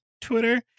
Twitter